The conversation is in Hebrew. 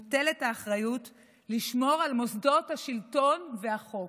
מוטלת האחריות לשמור על מוסדות השלטון והחוק.